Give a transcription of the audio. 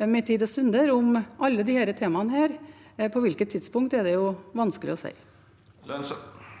med tid og stunder komme tilbake til Stortinget om alle disse temaene. På hvilket tidspunkt er det vanskelig å si.